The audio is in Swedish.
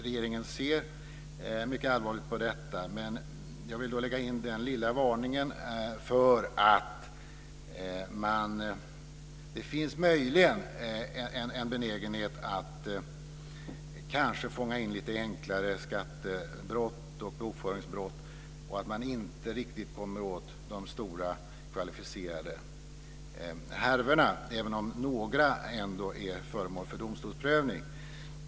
Regeringen ser mycket allvarligt på denna brottslighet, men jag vill lägga in en liten varning för att det möjligen finns en benägenhet att fånga in enklare skatte och bokföringsbrott men inte riktigt kommer åt de stora och kvalificerade härvorna, även om några sådana ändå är föremål för domstolsprövning.